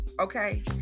okay